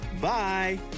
Bye